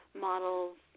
models